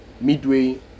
midway